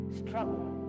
struggle